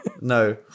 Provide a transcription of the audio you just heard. no